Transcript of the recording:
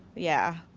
yeah,